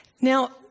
Now